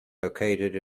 located